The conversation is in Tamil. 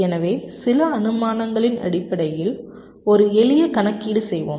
எனவே சில அனுமானங்களின் அடிப்படையில் ஒரு எளிய கணக்கீடு செய்வோம்